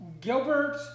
Gilbert